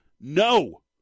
No